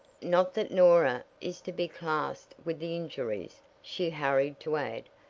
not that norah is to be classed with the injuries, she hurried to add,